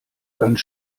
ganz